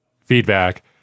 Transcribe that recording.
feedback